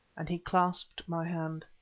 and he clasped my hand.